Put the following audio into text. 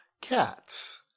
Cats